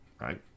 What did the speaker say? right